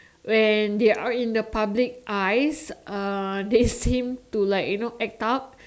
when they're in the public eyes uh they seem to like you know act tough